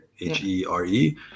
h-e-r-e